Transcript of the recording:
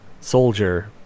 Soldier